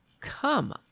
Come